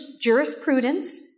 jurisprudence